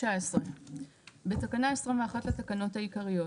תקנה 19. בתקנה 21 לתקנות העיקריות